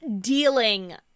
dealing